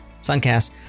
suncast